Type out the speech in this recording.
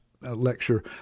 lecture